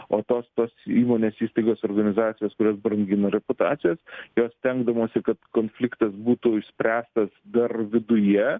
o tos tos įmonės įstaigos organizacijos kurios brangina reputacijas jo stengdamosi kad konfliktas būtų išspręstas dar viduje